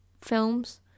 films